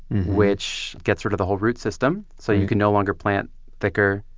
which gets rid of the whole root system so you can no longer plant thicker,